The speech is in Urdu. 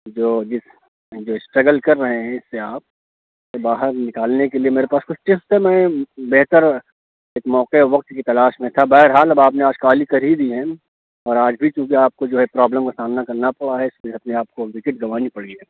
جو جس جو اسٹرگل کر رہے ہیں اِس سے آپ اِس سے باہر نکالنے کے لیے میرے پاس کچھ ٹپس تھا میں بہتر ایک موقعے اور وقت کی تلاش میں تھا بہر حال اب آپ نے آج کال کر ہی دی ہیں اور آج بھی چونکہ آپ کو جو ہے پرابلم کا سامنا کرنا پڑا ہے اِس سے اپنے آپ کو وکٹ گنوانی پڑی ہے